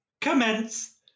commence